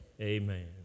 Amen